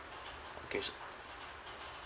okay so